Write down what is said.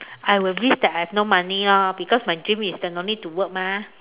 I will risk that I have no money lor because my dream is no need to work mah